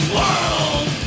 world